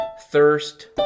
thirst